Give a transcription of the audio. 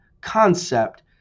concept